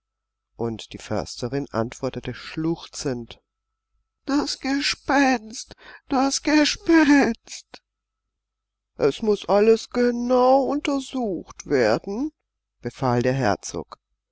und die försterin antwortete schluchzend das gespenst das gespenst es muß alles genau untersucht werden befahl der herzog